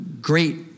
great